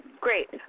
great